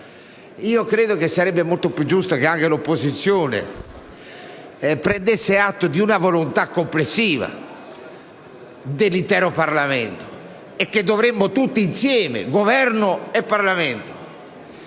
pertanto che sarebbe molto più giusto che anche l'opposizione prendesse atto di una volontà complessiva dell'intero Parlamento e che tutti insieme, Governo al Parlamento,